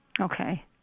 Okay